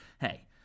hey